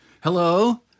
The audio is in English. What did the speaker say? Hello